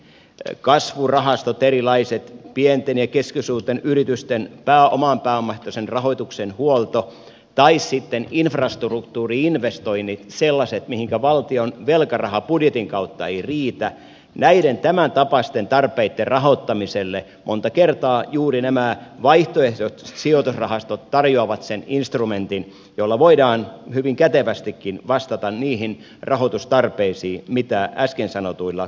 erilaiset kasvurahastot pienten ja keskisuurten yritysten oman pääoman ehtoisen rahoituksen huolto tai sitten infrastruktuuri investoinnit sellaiset mihinkä valtion velkaraha budjetin kautta ei riitä näiden tämäntapaisten tarpeitten rahoittamiselle monta kertaa juuri nämä vaihtoehtoiset sijoitusrahastot tarjoavat sen instrumentin jolla voidaan hyvin kätevästikin vastata niihin rahoitustarpeisiin mitä äsken sanotuilla kohteilla on